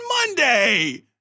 Monday